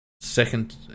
second